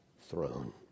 throne